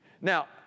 Now